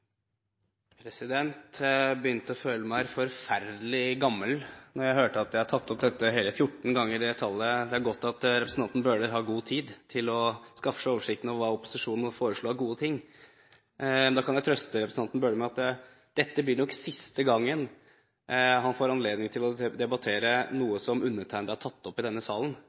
det. Jeg begynte å føle meg forferdelig gammel da jeg hørte at jeg har tatt opp dette hele 14 ganger. Det er godt at representanten Bøhler har god tid til å skaffe seg oversikt over hva opposisjonen foreslår av gode ting. Da kan jeg trøste representanten Bøhler med at dette blir nok siste gangen han får anledning til å debattere noe som undertegnede har tatt opp i denne salen.